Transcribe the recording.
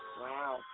Wow